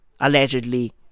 allegedly